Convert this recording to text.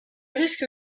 risque